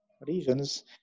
regions